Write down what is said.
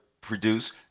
produce